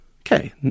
Okay